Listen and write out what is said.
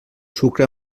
sucre